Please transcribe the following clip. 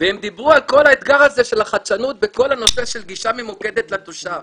והם דיברו על האתגר הזה של החדשנות בכל הנושא של גישה ממוקדת לתושב